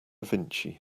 vinci